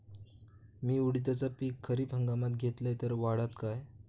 मी उडीदाचा पीक खरीप हंगामात घेतलय तर वाढात काय?